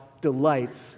delights